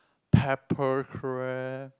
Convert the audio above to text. pepper crab